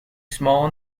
small